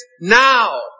now